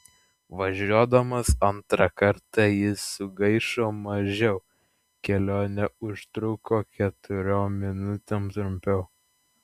važiuodamas antrą kartą jis sugaišo mažiau kelionė užtruko keturiom minutėm trumpiau